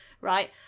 right